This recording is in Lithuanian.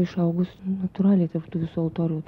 išaugus natūraliai tarp tų visų altorių